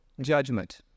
judgment